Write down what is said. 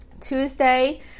Tuesday